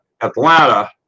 Atlanta